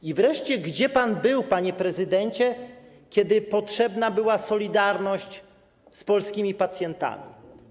I wreszcie gdzie pan był, panie prezydencie, kiedy potrzebna była solidarność z polskimi pacjentami?